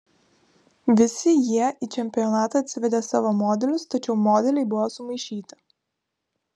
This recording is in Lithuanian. visi jie į čempionatą atsivedė savo modelius tačiau modeliai buvo sumaišyti